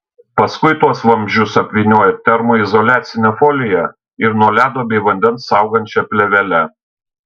paskui tuos vamzdžius apvyniojo termoizoliacine folija ir nuo ledo bei vandens saugančia plėvele